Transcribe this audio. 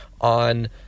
on